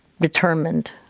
determined